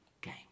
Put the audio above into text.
game